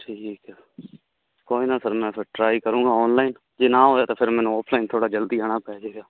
ਠੀਕ ਆ ਕੋਈ ਨਾ ਸਰ ਮੈਂ ਫਿਰ ਟਰਾਈ ਕਰੂੰਗਾ ਆਨਲਾਈਨ ਜੇ ਨਾ ਹੋਇਆ ਤਾਂ ਮੈਨੂੰ ਆਫਲਾਈਨ ਥੋੜ੍ਹਾ ਜਲਦੀ ਆਉਣਾ ਪੈ ਜੇਗਾ